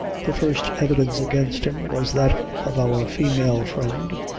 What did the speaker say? the first evidence against him, was that of our female friend,